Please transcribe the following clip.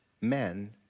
Men